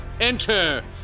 Enter